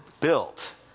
built